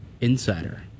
Insider